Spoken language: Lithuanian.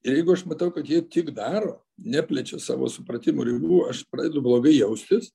ir jeigu aš matau kad jie tik daro neplečia savo supratimo ribų aš pradedu blogai jaustis